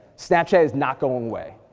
snapchat is not going away,